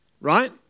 right